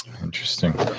interesting